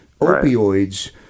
opioids